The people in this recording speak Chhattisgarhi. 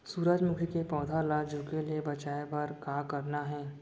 सूरजमुखी के पौधा ला झुके ले बचाए बर का करना हे?